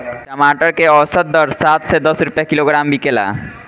टमाटर के औसत दर सात से दस रुपया किलोग्राम बिकला?